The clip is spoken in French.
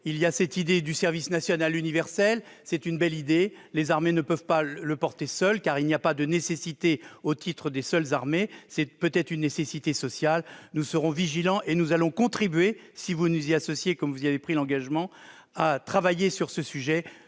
Par ailleurs, le service national universel est une belle idée, mais les armées ne peuvent pas la porter seules : il n'y a pas de nécessité au titre des seules armées, c'est peut-être une nécessité sociale. Aussi, nous contribuerons, si vous nous y associez, comme vous en avez pris l'engagement, à travailler sur ce sujet.